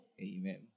Amen